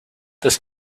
this